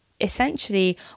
essentially